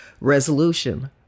resolution